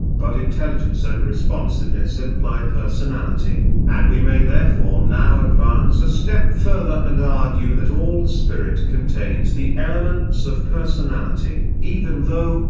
but intelligence and responsiveness imply personality and we may therefore now advance a step further and argue that all spirit contains the elements of personality, even though,